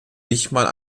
wichmann